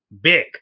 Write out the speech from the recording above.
big